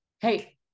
Hey